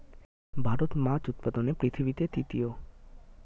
ভারত মাছ উৎপাদনে পৃথিবীতে তৃতীয়